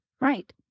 Right